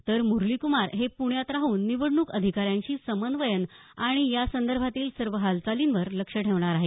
तर मुरली कुमार हे पुण्यात राहून निवडणूक अधिकाऱ्यांशी समन्वयन आणि या संदभातील सर्व हालचालींवर लक्ष ठेवणार आहेत